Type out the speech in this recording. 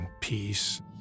peace